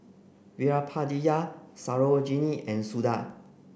Veerapandiya Sarojini and Suda